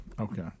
Okay